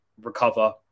recover